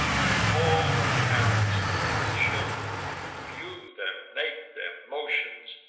and all the parents in the children view their make, their motions,